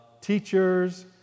teachers